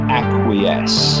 acquiesce